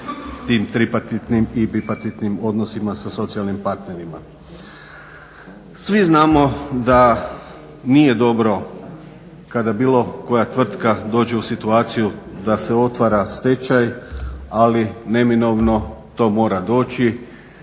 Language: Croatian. tim tripartitnim i bipartitnim odnosima sa socijalnim partnerima. Svi znamo da nije dobro kada bilo koja tvrtka dođe u situaciju da se otvara stečaj ali neminovno to mora doći